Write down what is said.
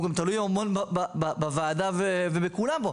והוא גם תלוי המון בוועדה ובכולם פה,